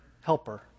helper